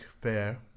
pair